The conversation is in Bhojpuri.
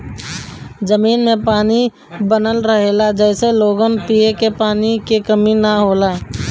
जमीन में पानी बनल रहेला जेसे लोग के पिए के पानी के कमी ना होला